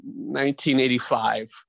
1985